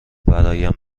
برایم